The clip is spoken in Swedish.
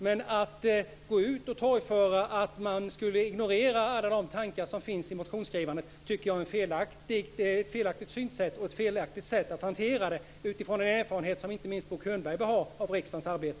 Men att gå ut och torgföra att man skulle ignorera alla de tankar som finns i motionsskrivandet tycker jag är ett felaktigt synsätt och ett felaktigt sätt att hantera det här utifrån den erfarenhet som inte minst Bo Könberg bör ha av riksdagens arbete.